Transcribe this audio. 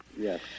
Yes